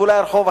ואולי הרחוב,